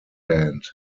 band